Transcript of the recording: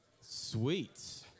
Sweet